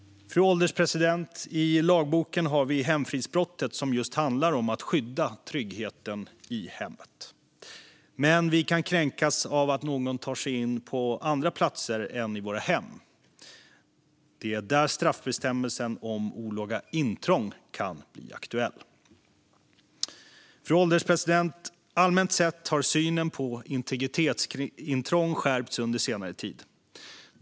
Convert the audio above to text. Fru ålderspresident! I lagboken finns hemfridsbrottet, som just handlar om att skydda tryggheten i hemmet. Men vi kan kränkas av att någon tar sig in på andra platser än i våra hem. Det är där straffbestämmelsen om olaga intrång kan bli aktuell. Fru ålderspresident! Allmänt sett har synen på integritetsintrång skärpts under senare tid.